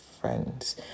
friends